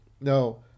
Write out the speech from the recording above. No